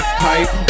pipe